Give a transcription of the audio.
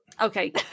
okay